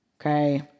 Okay